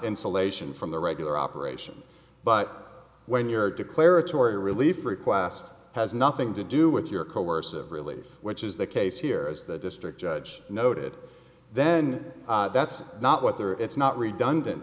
insulation from the regular operation but when you're declaratory relief request has nothing to do with your coercive relief which is the case here as the district judge noted then that's not what they are it's not redundant